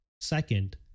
Second